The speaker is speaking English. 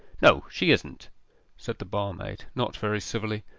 no, she isn't said the barmaid, not very civilly.